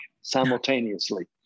simultaneously